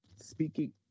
Speaking